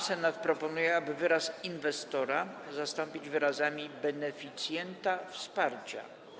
Senat proponuje, aby wyraz „inwestora” zastąpić wyrazami „beneficjenta wsparcia”